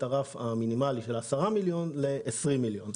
הרף המינימלי מ-10 מיליוני שקלים ל-20 מיליוני שקלים.